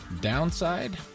Downside